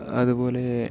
അതുപോലെ